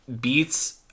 beats